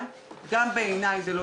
הכול טוב ויפה ולכן אתם הרשות לא